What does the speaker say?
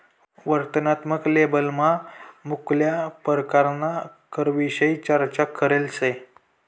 वर्णनात्मक लेबलमा मुक्ला परकारना करविषयी चर्चा करेल शे